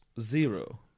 Zero